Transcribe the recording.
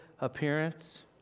appearance